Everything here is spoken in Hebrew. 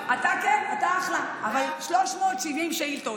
אתה כן, אתה אחלה, אבל 370 שאילתות,